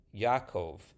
Yaakov